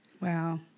Wow